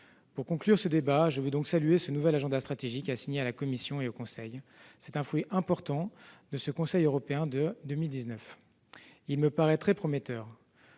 Pour conclure ce débat, je veux donc saluer le nouvel agenda stratégique assigné à la Commission et au Conseil : c'est un fruit important de ce Conseil européen de 2019. Il me paraît très prometteur.